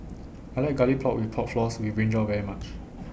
I like Garlic Pork and Pork Floss with Brinjal very much